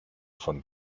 von